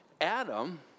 Adam